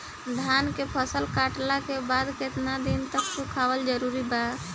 धान के फसल कटला के बाद केतना दिन तक सुखावल जरूरी बा?